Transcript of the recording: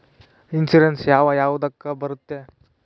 Insurance ಯಾವ ಯಾವುದಕ್ಕ ಬರುತ್ತೆ?